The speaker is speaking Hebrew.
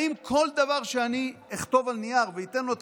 האם כל דבר שאכתוב על נייר ואתן לו את